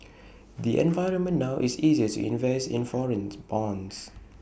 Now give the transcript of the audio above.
the environment now is easier to invest in foreign bonds